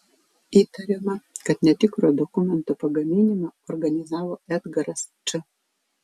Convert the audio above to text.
įtariama kad netikro dokumento pagaminimą organizavo edgaras č